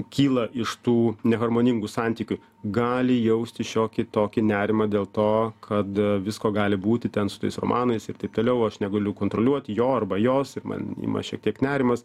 kyla iš tų neharmoningų santykių gali jausti šiokį tokį nerimą dėl to kad visko gali būti ten su tais romanais ir taip toliau aš negaliu kontroliuot jo arba jos ir man ima šiek tiek nerimas